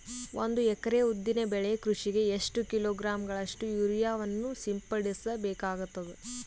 ಒಂದು ಎಕರೆ ಉದ್ದಿನ ಬೆಳೆ ಕೃಷಿಗೆ ಎಷ್ಟು ಕಿಲೋಗ್ರಾಂ ಗಳಷ್ಟು ಯೂರಿಯಾವನ್ನು ಸಿಂಪಡಸ ಬೇಕಾಗತದಾ?